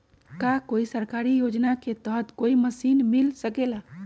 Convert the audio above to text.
का कोई सरकारी योजना के तहत कोई मशीन मिल सकेला?